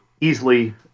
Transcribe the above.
easily